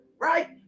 right